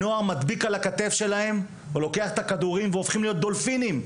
נערים שמדביקים על הכתף שלהם; לוקחים כדורים והופכים להיות דולפינים.